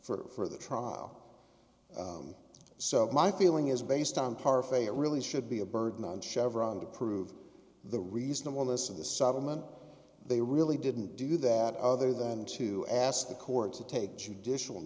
us for the trial so my feeling is based on parfait it really should be a burden on chevron to prove the reasonableness of the supplement they really didn't do that other than to ask the court to take judicial